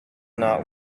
not